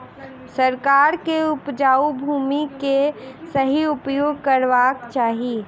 सरकार के उपजाऊ भूमि के सही उपयोग करवाक चाही